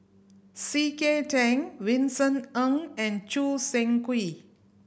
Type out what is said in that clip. C K Tang Vincent Ng and Choo Seng Quee